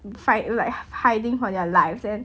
fight like hiding from their lives and